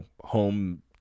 home